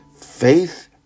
faith